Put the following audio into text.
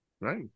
right